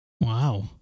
Wow